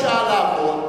הוא בא לשעה לעבוד.